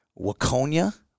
Waconia